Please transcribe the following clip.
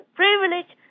privilege